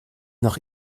nach